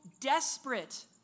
desperate